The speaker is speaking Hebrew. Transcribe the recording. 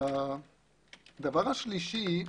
שלישית,